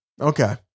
Okay